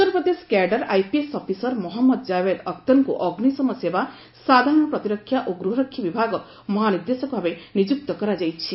Uttar Pradesh cadre IPS officer Mohammad Javed ଅଖତରଙ୍କୁ ଅଗ୍ନିଶମ ସେବା ସାଧାରଣ ପ୍ରତିରକ୍ଷା ଓ ଗୃହରକ୍ଷୀ ବିଭାଗ ମହାନିର୍ଦ୍ଦେଶକ ଭାବେ ନିଯୁକ୍ତ କରାଯାଇଛି